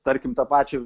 tarkim tą pačią